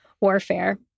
warfare